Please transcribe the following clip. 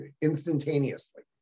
instantaneously